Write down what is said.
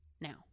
now